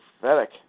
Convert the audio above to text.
pathetic